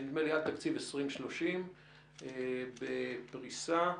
נדמה לי עד תקציב 2030 בפריסה